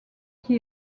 qui